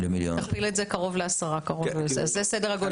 תכפיל את זה קרוב לעשרה, זה סדר הגודל.